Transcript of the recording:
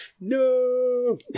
No